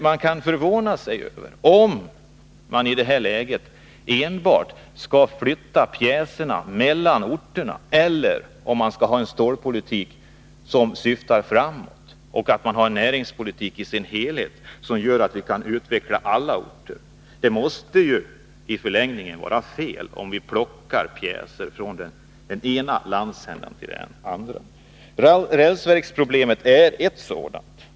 Man kan fråga sig om man i detta läge enbart skall flytta pjäserna mellan orterna eller om vi skall ha en stålpolitik som syftar framåt och en näringspolitik som gör att vi kan utveckla alla orter. I förlängningen måste det vara fel att plocka pjäser från den ena landsändan till den andra. Rälsverksproblemet är ett sådant exempel.